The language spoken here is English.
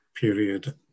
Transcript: period